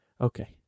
okay